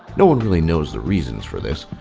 no one really knows the reasons for this,